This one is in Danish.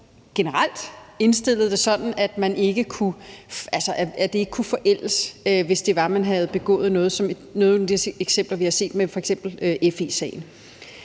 generelt indstillede det sådan, at det ikke kunne forældes, hvis det var, man havde begået noget som i nogle af de eksempler, vi har set, f.eks. FE-sagen.